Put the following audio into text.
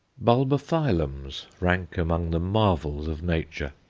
bulbophyllums rank among the marvels of nature.